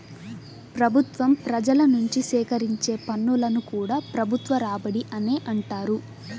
ప్రభుత్వం ప్రజల నుంచి సేకరించే పన్నులను కూడా ప్రభుత్వ రాబడి అనే అంటారు